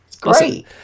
Great